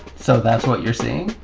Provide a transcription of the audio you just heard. so that's what you're seeing?